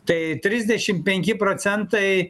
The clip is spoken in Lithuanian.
tai trisdešimt penki procentai